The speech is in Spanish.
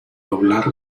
doblar